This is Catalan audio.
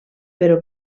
però